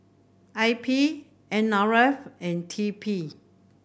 I P N R F and T P